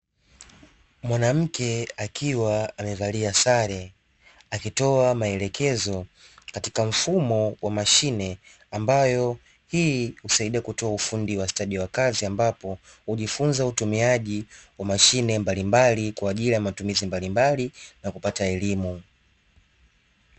Mwanamke akiwa amevalia sare akitoa maelekezo katika mfumo wa mashine, ambayo hii husaidia kutoa ufundi wa stadi wa kazi ambapo hujifunza utumiaji wa mashine mbalimbali kwa ajili ya matumizi mbalimbali na kupata elimu.